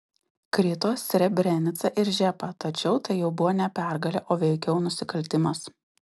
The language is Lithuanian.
krito srebrenica ir žepa tačiau tai jau buvo ne pergalė o veikiau nusikaltimas